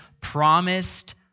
promised